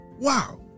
wow